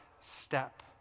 step